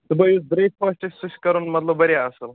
صُبحٲے یُس برٛیکفاسٹ چھِ سُہ چھ کَرُن مطلب واریاہ اَصٕل